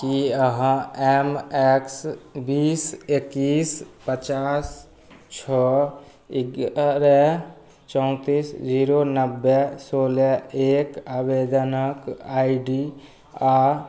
की अहाँ M X बीस एकैस पचास छओ एगारह चौतीस जीरो नबे सोलह एक आवेदनक आई डी आ